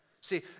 See